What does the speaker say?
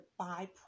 byproduct